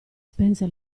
spense